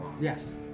yes